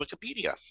Wikipedia